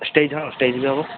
stage ହଁ stage ବି ହବ